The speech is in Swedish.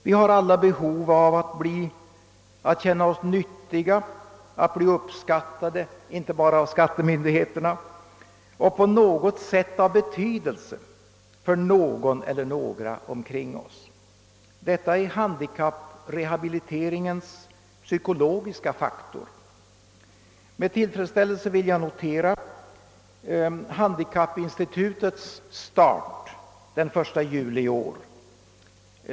Vi har alla behov av att känna oss nyttiga, att bli uppskattade — inte bara av skattemyndigheterna — och att på något sätt ha betydelse för någon eller några omkring oss. Detta är handikapprehabiliteringens psykologiska faktor. Med tillfredsställelse vill jag notera handikappinstitutets start den 1 juli i år.